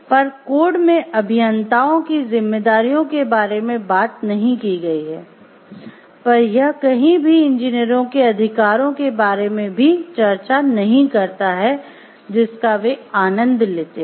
पर कोड में अभियंताओं की जिम्मेदारियों के बारे में बात नहीं की गई है पर यह कहीं भी इंजीनियरों के अधिकारों के बारे में भी चर्चा नहीं करता है जिसका वे आनंद लेते हैं